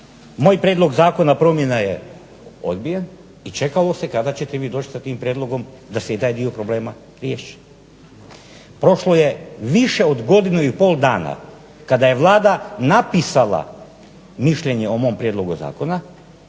moj prijedlog zakona promjena je odbijen i čekalo se kada ćete vi doći sa tim prijedlogom da se i taj dio problema riješi. Prošlo je više od godinu i pol dana kada je Vlada napisala mišljenje o mom prijedlogu zakona